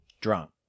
Drunk